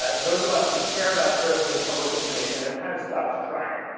ah those of us who care about surfacing public information have kind of stopped trying.